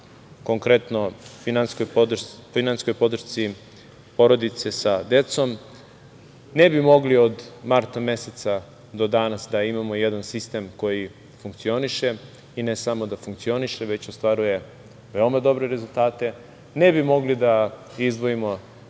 konkretno finansijskoj podršci porodice sa decom, ne bi mogli od marta meseca do danas da imamo jedan sistem koji funkcione, i ne samo da funkcioniše, već ostvaruje veoma dobre rezultate, ne bi mogli da izdvojimo